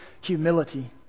humility